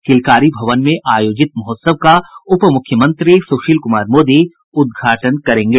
किलकारी भवन में आयोजित महोत्सव का उपमुख्यमंत्री सुशील कुमार मोदी उद्घाटन करेंगे